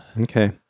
Okay